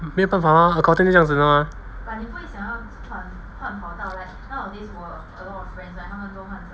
没办法 mah accounting 就是这样子 mah